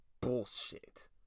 bullshit